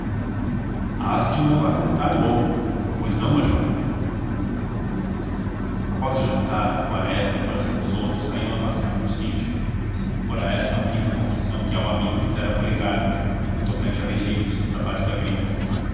faço hás de no la cantar logo pois não major após o jantar quaresma e coração dos outros saíram a passear no sítio fora essa a única concessão que ao amigo fizera policarpo no tocante ao regime de seus trabalhos agrícolas